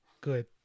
good